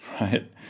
right